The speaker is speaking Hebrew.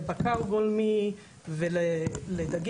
לבקר גולמי ולדגים.